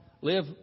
live